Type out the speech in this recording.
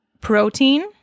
protein